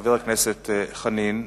חבר הכנסת חנין,